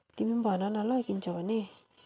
तिमी पनि भन न ल किन्छौ भने